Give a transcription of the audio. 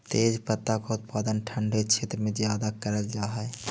तेजपत्ता का उत्पादन ठंडे क्षेत्र में ज्यादा करल जा हई